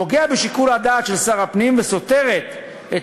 פוגעת בשיקול הדעת של שר הפנים וסותרת את